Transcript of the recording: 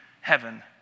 heaven